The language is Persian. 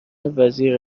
وزیر